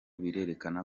birerekana